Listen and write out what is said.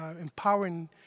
empowering